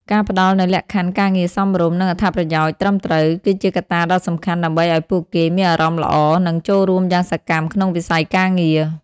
ការផ្ដល់នូវលក្ខខណ្ឌការងារសមរម្យ និងអត្ថប្រយោជន៍ត្រឹមត្រូវ គឺជាកត្តាដ៏សំខាន់ ដើម្បីឱ្យពួកគេមានអារម្មណ៍ល្អ និងចូលរួមយ៉ាងសកម្ម ក្នុងវិស័យការងារ។